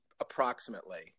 approximately